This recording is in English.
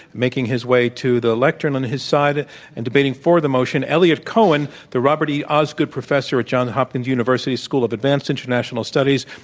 making his way to the lectern on his side and debating for the motion, eliot cohen, the robert e. osgood professor at john hopkins university school of advanced international studies,